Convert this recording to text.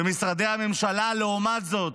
במשרדי הממשלה, לעומת זאת,